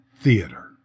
theater